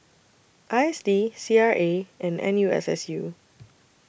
I S D C R A and N U S S U